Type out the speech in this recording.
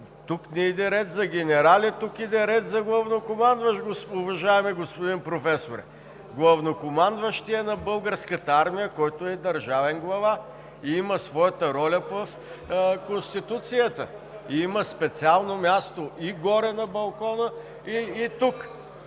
Тук не иде ред за генерали, тук иде реч за главнокомандващ, уважаеми господин Професоре – главнокомандващият на Българската армия, който е държавен глава и има своята роля по Конституцията, и има специално място – горе на балкона, и тук.